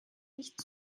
nicht